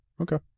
Okay